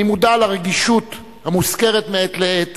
אני מודע לרגישות המוזכרת מעת לעת